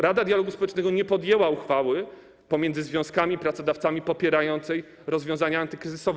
Rada Dialogu Społecznego nie podjęła uchwały pomiędzy związkami a pracodawcami popierającej rozwiązania antykryzysowe.